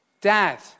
Dad